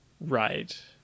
Right